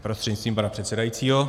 Prostřednictvím pana předsedajícího.